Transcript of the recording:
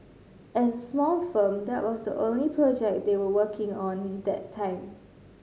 as a small firm that was the only project they were working on that time